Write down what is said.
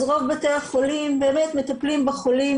אז רוב בתי החולים באמת מטפלים בחולים